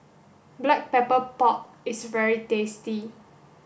black pepper pork is very tasty